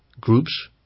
groups